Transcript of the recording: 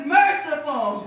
merciful